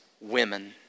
women